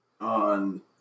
on